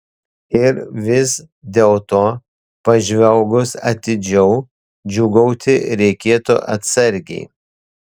ir vis dėlto pažvelgus atidžiau džiūgauti reikėtų atsargiai